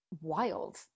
wild